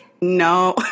No